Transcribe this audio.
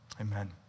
Amen